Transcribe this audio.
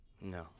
No